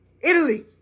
Italy